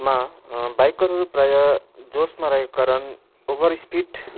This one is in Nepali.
मा बाइकरहरू प्राय जोसमा रहेको कारण ओभर स्पिड